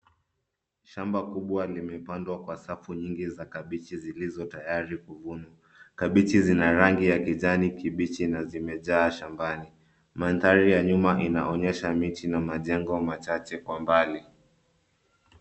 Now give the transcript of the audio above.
Shamba kubwa limepandwa kwa safu nyingi za kabichi zilizo tayari kuvunwa. Kabichi zina rangi ya kijani kibichi na zimejaa shambani. Mandhari ya nyuma inaonyesha miti na majengo machache kwa mbali.